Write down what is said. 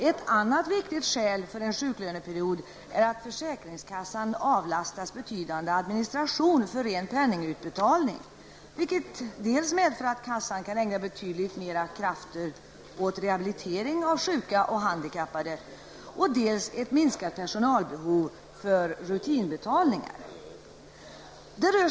Ett annat viktigt skäl för en sjuklöneperiod är att försäkringskassan avlastas en betydande administration för ren penningutbetalning, vilket medför dels att kassan kan ägna betydligt mera kraft åt rehabilitering av sjuka och handikappade, dels att personalbehovet för rutinutbetalningar minskar.